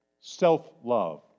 Self-love